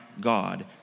God